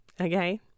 okay